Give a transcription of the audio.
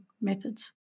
methods